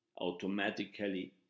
automatically